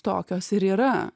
tokios ir yra